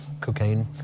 Cocaine